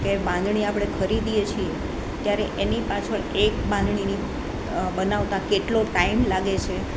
કે બાંધણી આપણે ખરીદીએ છીએ ત્યારે એની પાછળ એક બાંધણીની પાછળ બનાવતા કેટલો ટાઈમ લાગે છે